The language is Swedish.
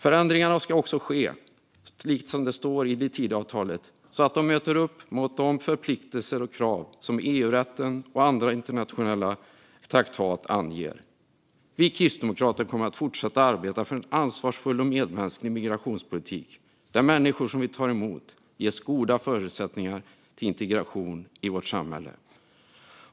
Som det står i Tidöavtalet ska förändringarna också ske så att de möter de förpliktelser och krav som EU-rätten och andra internationella traktat anger. Vi kristdemokrater kommer att fortsätta att arbeta för en ansvarsfull och medmänsklig migrationspolitik, där människor Sverige tar emot ges goda förutsättningar till integration i vårt samhälle.